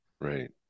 Right